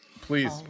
Please